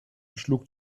schlug